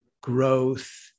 growth